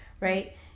right